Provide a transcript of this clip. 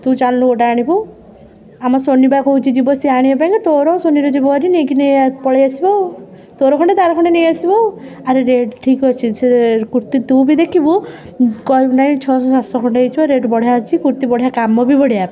ତୁ ଚାଲୁନୁ ଗୋଟେ ଆଣିବୁ ଆମ ସୋନି ପା କହୁଛି ଯିବ ସିଏ ଆଣିବା ପାଇଁ କା ଆଉ ତୋର ସୋନିର ଯିବ ହେରି ନେଇ କି ନେଇ ପଳେଇ ଆସିବ ଆଉ ତୋର ଖଣ୍ଡେ ତା'ର ଖଣ୍ଡେ ନେଇ ଆସିବ ଆଉ ଆରେ ରେଟ୍ ଠିକ୍ ଅଛି ସେ କୁର୍ତ୍ତୀ ତୁ ବି ଦେଖିବୁ କହିବୁ ନାଇଁ ଛଅଶହ ସାତଶହ ଖଣ୍ଡେ ହେଇଥିବ ରେଟ୍ ବଢ଼ିଆ ଅଛି କୁର୍ତ୍ତୀ ବଢ଼ିଆ କାମ ବି ବଢ଼ିଆ